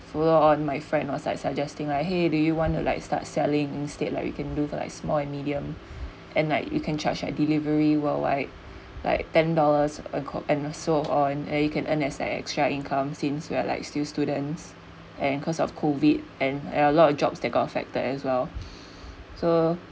sooner on my friend like suggesting like !hey! do you want to like start selling instead like we can do for like small and medium and like you can charge a delivery worldwide like ten dollars and so on and you can earn as an extra income since we are like still students and cause of COVID and a lot of jobs that got affected as well so